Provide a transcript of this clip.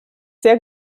sehr